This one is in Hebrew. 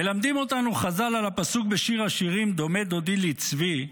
מלמדים אותנו חז"ל על הפסוק בשיר השירים "דומה דודי לצבי":